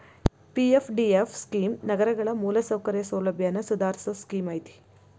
PFDF scheme ನಗರಗಳ ಮೂಲಸೌಕರ್ಯ ಸೌಲಭ್ಯನ ಸುಧಾರಸೋ ಸ್ಕೇಮ್ ಐತಿ